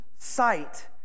sight